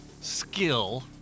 skill